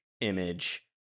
image